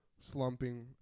slumping